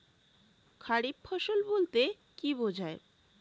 খারিফ ফসল বলতে কী বোঝায়?